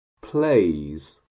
plays